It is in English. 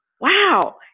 wow